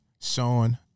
Sean